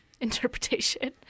interpretation